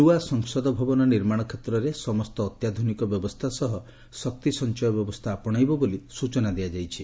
ନୂଆ ସଂସଦ ଭବନ ନିର୍ମାଣ କ୍ଷେତ୍ରରେ ସମସ୍ତ ଅତ୍ୟାଧୁନିକ ବ୍ୟବସ୍ଥା ସହ ଶକ୍ତି ସଞ୍ଚୟ ବ୍ୟବସ୍ଥା ଆପଶେଇବ ବୋଲି ସୂଚନା ଦିଆଯାଇଛି